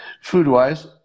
food-wise